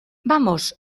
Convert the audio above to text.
vamos